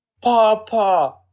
Papa